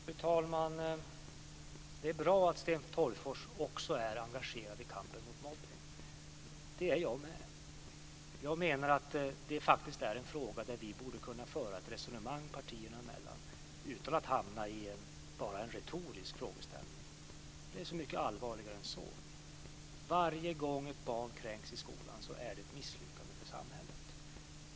Fru talman! Det är bra att Sten Tolgfors är engagerad i kampen mot mobbning. Det är jag med. Jag menar att det är en fråga där vi borde kunna föra ett resonemang partierna emellan utan att fastna i retorik. Det är så mycket allvarligare än så. Varje gång ett barn kränks i skolan är det ett misslyckande för samhället.